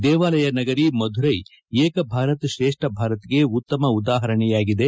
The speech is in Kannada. ದೇವಾಲಯ ನಗರಿ ಮಧುರೈ ಏಕ್ ಭಾರತ್ ಶ್ರೇಷ್ಠ ಭಾರತ್ಗೆ ಉತ್ತಮ ಉದಾಹರಣೆಯಾಗಿದೆ